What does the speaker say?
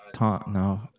No